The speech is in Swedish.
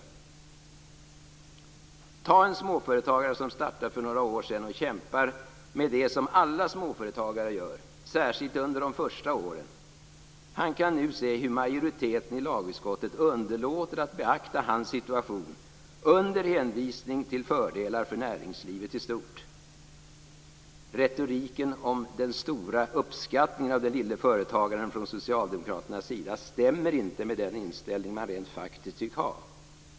Ta som exempel en småföretagare som startade för några år sedan och kämpar med det som alla småföretagare kämpar med, särskilt under de första åren. Han kan nu se hur majoriteten i lagutskottet underlåter att beakta hans situation under hänvisning till fördelar för näringslivet i stort. Retoriken om den stora uppskattningen av den lille företagaren från socialdemokraternas sida stämmer inte med den inställning man rent faktiskt tycks ha.